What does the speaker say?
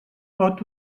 pot